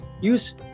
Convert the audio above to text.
use